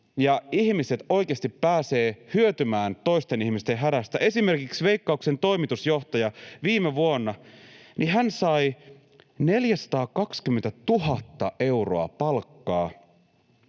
ihmiset oikeasti pääsevät hyötymään toisten ihmisten hädästä. Esimerkiksi Veikkauksen toimitusjohtaja viime vuonna sai 420 000 euroa palkkaa